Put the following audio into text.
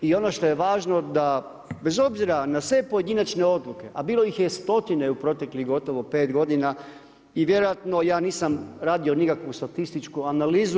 I ono što je važno bez obzira na sve pojedinačne odluke, a bilo ih je stotine u proteklih gotovo pet godina i vjerojatno ja nisam radio nikakvu statističku analizu.